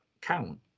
count